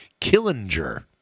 Killinger